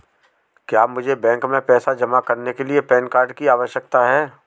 क्या मुझे बैंक में पैसा जमा करने के लिए पैन कार्ड की आवश्यकता है?